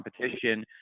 competition